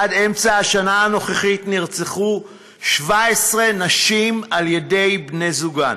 עד אמצע השנה הנוכחית נרצחו 17 נשים בידי בני זוגן.